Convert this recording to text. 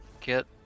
get